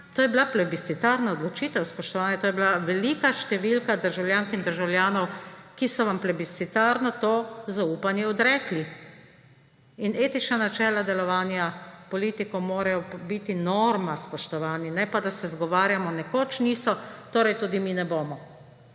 to je bila plebiscitarna odločitev, spoštovani, to je bila velika številka državljank in državljanov, ki so vam plebiscitarno to zaupanje odrekli. In etična načela delovanja politikov morajo biti norma, spoštovani, ne pa da se izgovarjamo – nekoč niso, torej tudi mi ne bomo.